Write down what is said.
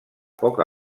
poc